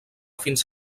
fins